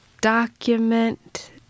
document